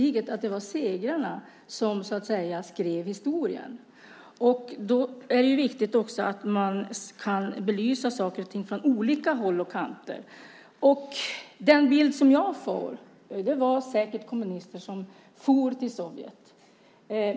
Det gällde till exempel finska inbördeskriget. Det är då viktigt att man kan belysa saker och ting från olika håll och kanter. Den bild som jag får är att det säkert var kommunister som for till Sovjet.